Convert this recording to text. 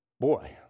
Boy